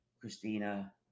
Christina